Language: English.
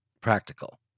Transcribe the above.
practical